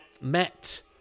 met